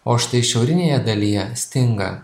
o štai šiaurinėje dalyje stinga